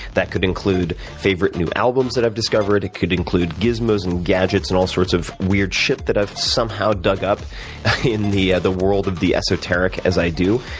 that could include favorite new albums that i've discovered, it could include gizmos and gadgets and all sorts of weird shit that i've somehow dug up in the yeah the world of the esoteric, as i do.